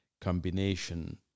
combination